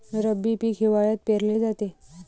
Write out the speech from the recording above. रब्बी पीक हिवाळ्यात पेरले जाते